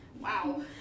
Wow